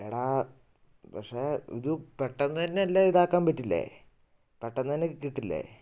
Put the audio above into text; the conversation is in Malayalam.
എടാ പക്ഷേ ഇത് പെട്ടെന്നുതന്നെ എല്ലാം ഇതാക്കാൻ പറ്റില്ലേ പെട്ടെന്നുതന്നെ കിട്ടില്ലേ